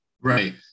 right